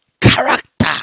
Character